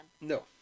No